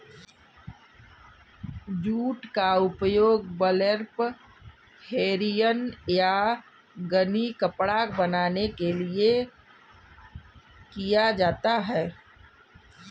jute का उपयोग burlap hessian या गनी कपड़ा बनाने के लिए किया जाता है